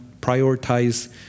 prioritize